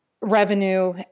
revenue